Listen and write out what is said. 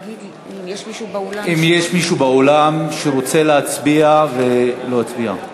האם יש מישהו באולם שרוצה להצביע ולא הצביע?